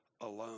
alone